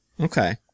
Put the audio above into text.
Okay